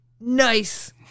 nice